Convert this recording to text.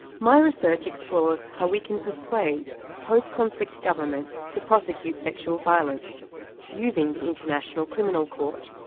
my research explores how we can persuade post-conflict governments to prosecute sexual violence using the international criminal court.